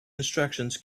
instructions